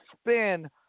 spin